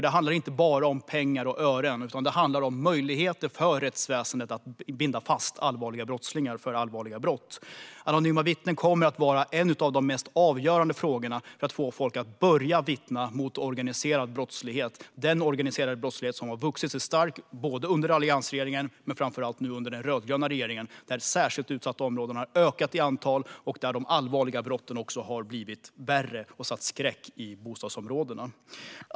Det handlar inte bara om kronor och ören, utan det handlar om möjligheter för rättsväsendet att sätta fast brottslingar för allvarliga brott. Möjligheten att vittna anonymt kommer att vara avgörande för att få folk att börja vittna mot de organiserade brottslighet som växte sig stark under alliansregeringen och ännu starkare under den rödgröna regeringen. De särskilt utsatta områdena har ökat i antal, och de allvarliga brotten har blivit värre, vilket sätter skräck i bostadsområdena.